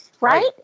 Right